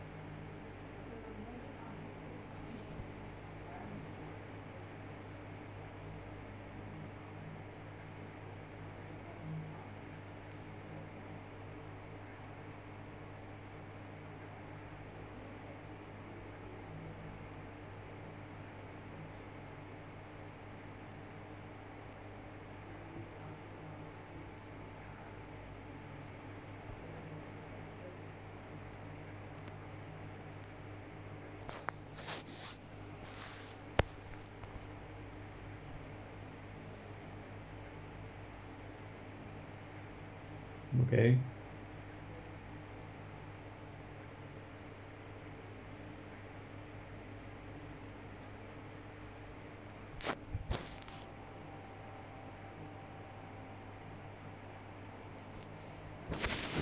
okay